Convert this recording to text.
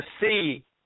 see